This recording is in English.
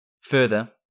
Further